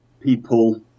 people